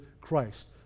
Christ